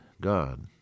God